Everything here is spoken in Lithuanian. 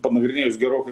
panagrinėjus gerokai